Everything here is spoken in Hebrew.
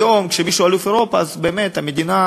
היום, כשמישהו אלוף אירופה אז באמת המדינה,